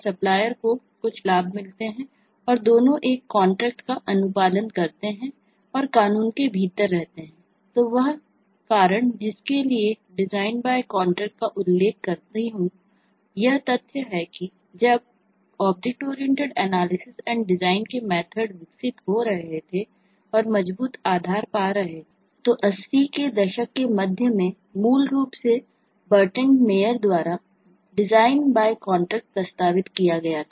supplier प्रस्तावित किया गया था